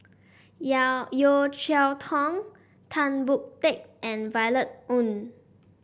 Yeo Cheow Tong Tan Boon Teik and Violet Oon